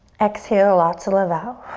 exhale lots of love out.